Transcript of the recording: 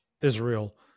Israel